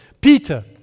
Peter